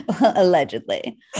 allegedly